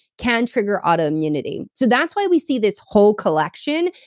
can trigger autoimmunity so that's why we see this whole collection.